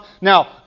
Now